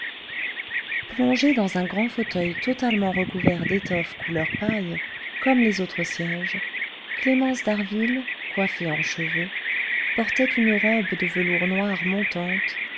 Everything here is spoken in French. plongée dans un grand fauteuil totalement recouvert d'étoffe couleur paille comme les autres sièges clémence d'harville coiffée en cheveux portait une robe de velours noir montante